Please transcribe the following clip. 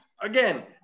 again